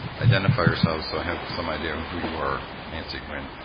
identify yourself, so i have some idea who you are, nancy quinn.